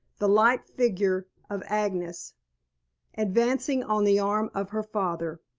the light figure of agnes advancing on the arm of her father.